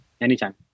Anytime